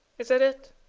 is that it?